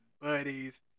buddies